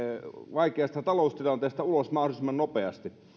vaikeasta taloustilanteesta ulos mahdollisimman nopeasti